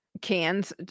cans